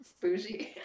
Bougie